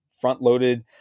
front-loaded